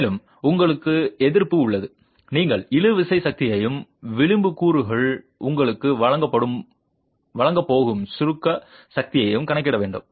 மேலும் உங்களுக்கு எதிர்ப்பு உள்ளது நீங்கள் இழுவிசை சக்தியையும் விளிம்பு கூறுகள் உங்களுக்கு வழங்கப் போகும் சுருக்க சக்தியையும் கணக்கிட வேண்டும்